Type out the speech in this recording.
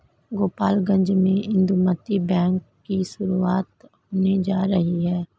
गोपालगंज में इंदुमती बैंक की शुरुआत होने जा रही है